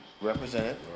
represented